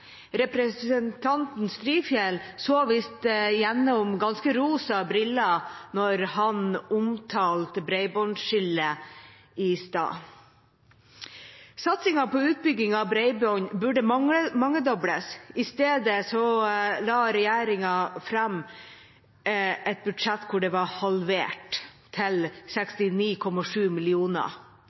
Representanten Strifeldt så visst gjennom ganske rosa briller da han omtalte bredbåndsskillet i stad. Satsingen på utbygging av bredbånd burde mangedobles. I stedet la regjeringen fram et budsjett hvor den var halvert til 69,7